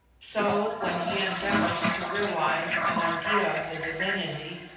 so, when he endeavours to realise an idea of the divinity,